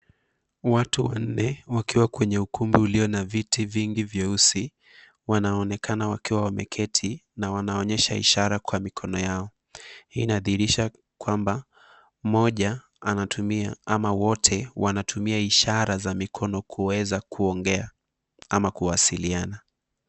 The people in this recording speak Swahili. Watu wanne walio kwenye ukumbi na viti vingi vyeusi wanaonekana wakiwa wameketi na wanaonyesha ishara kwa mikono yao, hii ina dhihirisha kwamba mmoja anatumia ama wote wanatumia ishara ya mikono kuweza kuongea ama kuwasiliana.